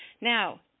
Now